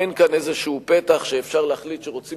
אין כאן איזה פתח שאפשר להחליט שרוצים